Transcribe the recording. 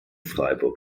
freiburg